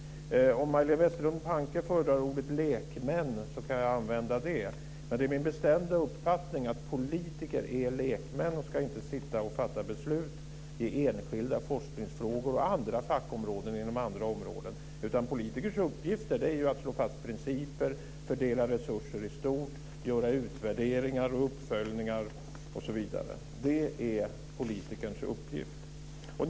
Om Majléne Westerlund Panke föredrar ordet lekmän kan jag använda det, men det är min bestämda uppfattning att politiker är lekmän och inte ska sitta och fatta beslut i enskilda forskningsfrågor och fackfrågor inom andra områden. Politikers uppgifter är att slå fast principer, fördela resurser i stort, göra utvärderingar och uppföljningar osv. Det är politikerns uppgift.